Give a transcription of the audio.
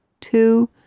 two